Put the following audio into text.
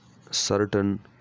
certain